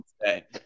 today